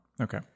Okay